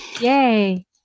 Yay